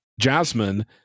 jasmine